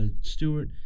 Stewart